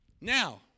Now